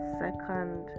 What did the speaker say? second